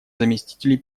заместителей